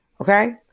Okay